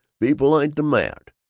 be polite to mart,